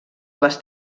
les